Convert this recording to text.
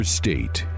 state